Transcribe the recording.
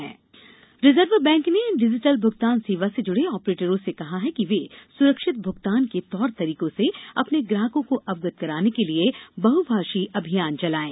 reserve bank digital reserve bank ने digital भूगतान सेवा से ज़ड़े ऑपरेटरों से कहा है कि वे स्रक्षित भुगतान के तौर तरीकों से अपने ग्राहकों को अवगत कराने के लिए बहुभाषी अभियान चलाएं